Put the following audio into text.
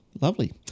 lovely